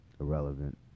Irrelevant